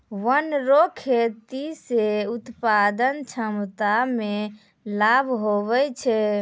वन रो खेती से उत्पादन क्षमता मे लाभ हुवै छै